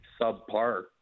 subpar